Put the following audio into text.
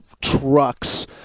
trucks